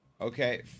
Okay